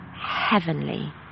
heavenly